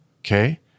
okay